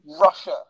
Russia